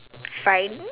fine